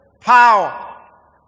power